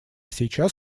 сейчас